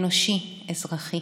אנושי, אזרחי.